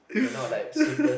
then not like super